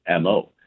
MO